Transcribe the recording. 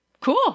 cool